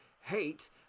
hate